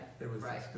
Right